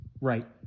right